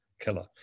killer